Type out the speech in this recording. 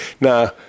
Now